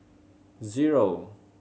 zero